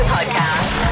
Podcast